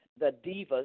thedivas